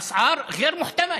(אומר בערבית: עליית מחירים שאי-אפשר לעמוד בה.)